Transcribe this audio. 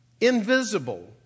invisible